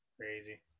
crazy